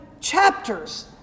chapters